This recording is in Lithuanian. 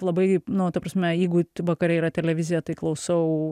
labai nu ta prasme jeigu vakare yra televizija tai klausau